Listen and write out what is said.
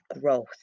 growth